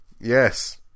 Yes